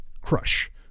Crush